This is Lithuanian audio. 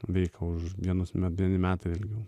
veika už vienus medinį metų ilgiau